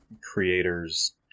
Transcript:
creators